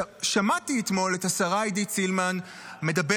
שמעתי אתמול את השרה עידית סילמן מדברת